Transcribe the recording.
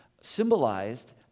Symbolized